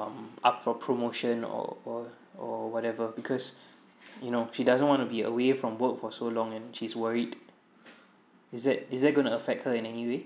um up for promotion or or or whatever because you know she doesn't wanna be away from work for so long and she's worried is that is that gonna affect her in anyway